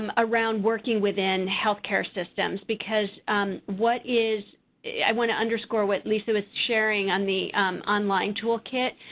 um around working within health care systems, because what is i want to underscore what lisa was sharing on the online toolkit,